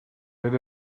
did